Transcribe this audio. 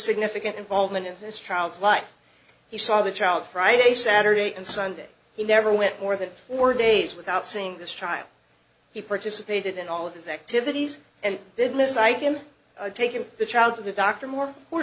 significant involvement in this child's life he saw the child friday saturday and sunday he never went more than four days without seeing this child he participated in all of these activities and did miss i am taking the child to the doctor more where